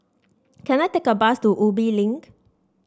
can I take a bus to Ubi Link